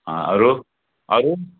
अँ अरू अरू